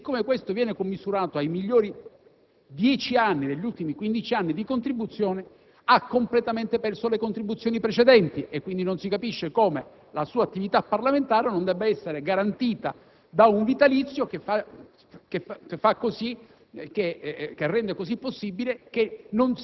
di contribuire al fondo pensioni professionale. Ciò viene commisurato ai migliori dieci anni degli ultimi quindici anni di contribuzione e pertanto egli avrà completamente perso le contribuzioni precedenti. Pertanto, non si capisce bene come la sua attività parlamentare non debba essere garantita da un assegno vitalizio che faccia